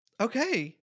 Okay